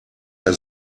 mehr